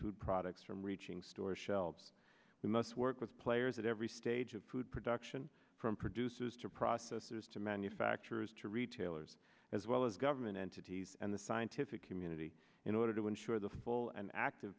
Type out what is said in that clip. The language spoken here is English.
products from reaching store shelves we must work with players at every stage of food production from producers to processors to manufacturers to retailers as well as government entities and the scientific community in order to ensure the full and active